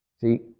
See